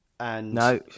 No